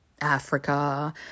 Africa